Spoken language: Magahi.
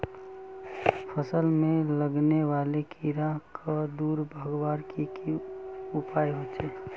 फसल में लगने वाले कीड़ा क दूर भगवार की की उपाय होचे?